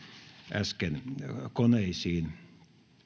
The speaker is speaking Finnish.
äsken koneisiin